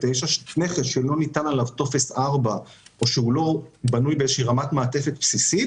נכס שלא ניתן עליו טופס 4 או לא בנוי באיזו שהיא רמת מעטפת בסיסית